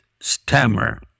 Stammer